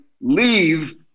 leave